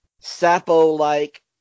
Sapo-like